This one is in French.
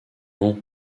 long